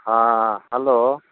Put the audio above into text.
हाँ हेलो